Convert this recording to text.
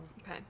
Okay